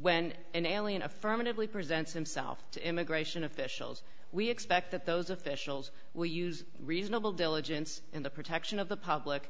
when an alien affirmatively presents himself to immigration officials we expect that those officials will use reasonable diligence in the protection of the public